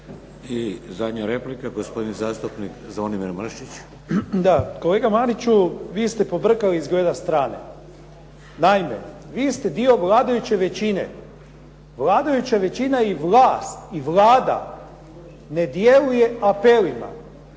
I zadnja replika, gospodin zastupnik Zvonimir Mršić. **Mršić, Zvonimir (SDP)** Kolega Mariću, vi ste pobrkali izgleda strane. Naime, vi ste dio vladajuće većine. Vladajuća većina i vlast i Vlada ne djeluje apelima.